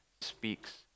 speaks